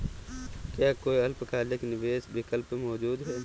क्या कोई अल्पकालिक निवेश विकल्प मौजूद है?